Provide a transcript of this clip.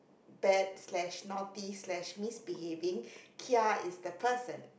bad slash naughty slash misbehaving kia is the person